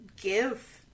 give